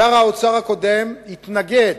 שר האוצר הקודם התנגד,